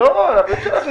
לא יכול להיות שעל המענק